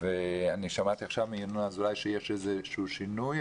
אני שמעתי עכשיו מינון אזולאי שיש איזשהו שינוי,